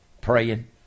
Praying